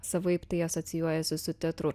savaip tai asocijuojasi su teatru